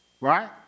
Right